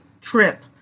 trip